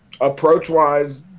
Approach-wise